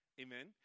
Amen